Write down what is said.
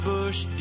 Bush